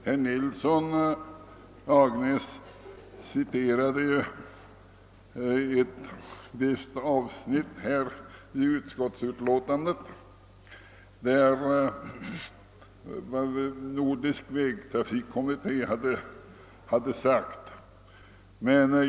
Herr talman! Herr Nilsson i Agnäs citerade ju ett avsnitt ur utlåtandet, där utskottet refererar vad Nordisk vägtrafikkommitté uttalat.